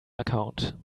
account